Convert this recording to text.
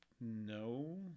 No